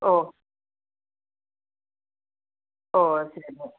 ഓ ഓ